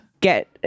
get